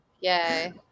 Yay